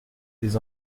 les